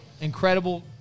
incredible